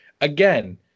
Again